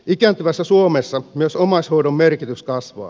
ikääntyvässä suomessa myös omaishoidon merkitys kasvaa